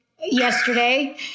yesterday